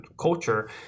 culture